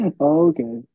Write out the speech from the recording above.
okay